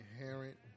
inherent